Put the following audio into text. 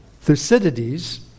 Thucydides